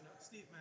Steve